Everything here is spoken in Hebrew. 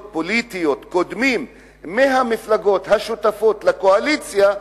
פוליטיות קודמים מהמפלגות השותפות לקואליציה,